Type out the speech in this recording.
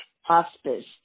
hospice